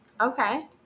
Okay